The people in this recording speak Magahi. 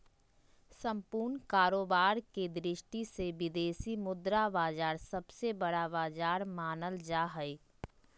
सम्पूर्ण कारोबार के दृष्टि से विदेशी मुद्रा बाजार सबसे बड़ा बाजार मानल जा हय